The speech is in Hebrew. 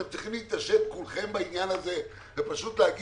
אתם צריכים להתעשת כולכם בעניין הזה פשוט לומר